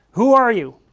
who are you?